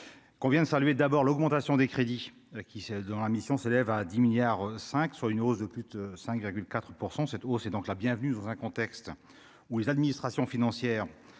qu'on vient de saluer d'abord l'augmentation des crédits qui c'est dans la mission s'élève à 10 milliards 5, soit une hausse de plus de 5,4 % cette hausse est donc la bienvenue dans un contexte où les administrations financières